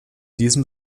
diesem